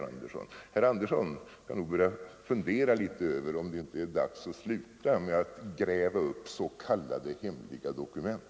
Herr Sten Andersson skulle nog börja fundera litet över om det inte är dags att sluta med att gräva upp s.k. hemliga dokument.